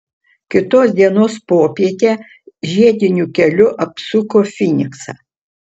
kitos dienos popietę žiediniu keliu apsuko fyniksą